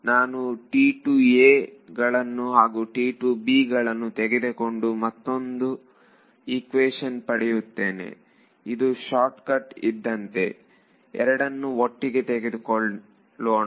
ನಾನು ನ್ನು ಹಾಗೂ ನ್ನು ತೆಗೆದುಕೊಂಡು ಮತ್ತೊಂದು ಈಕ್ವೇಶನ್ ಪಡೆಯುತ್ತೇವೆ ಇದು ಶಾರ್ಟ್ ಕಟ್ ಇದ್ದಂತೆ ಎರಡನ್ನು ಒಟ್ಟಿಗೆ ತೆಗೆದುಕೊಳ್ಳೋಣ